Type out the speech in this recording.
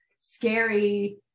scary